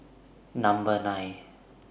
Number nine